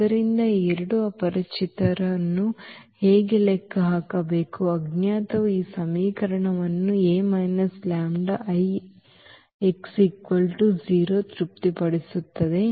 ಆದ್ದರಿಂದ ಈ ಎರಡು ಅಪರಿಚಿತರನ್ನು ಹೇಗೆ ಲೆಕ್ಕ ಹಾಕಬೇಕು ಅಜ್ಞಾತವು ಈ ಸಮೀಕರಣವನ್ನು A λI x 0 ತೃಪ್ತಿಪಡಿಸುತ್ತದೆ